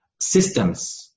systems